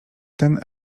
ten